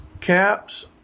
caps